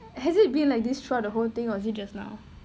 has it been like this throughout the whole thing or is it just now